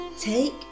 Take